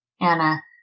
Anna